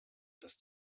dass